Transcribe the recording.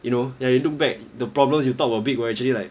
you know ya you look back the problems you thought were big were actually like